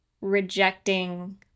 rejecting